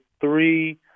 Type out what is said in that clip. three